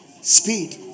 Speed